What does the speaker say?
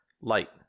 Light